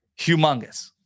humongous